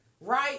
right